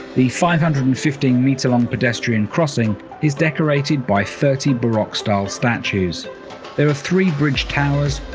the five hundred and fifteen meter long pedestrian crossing is decorated by thirty baroque style statues there are three bridge towers,